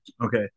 Okay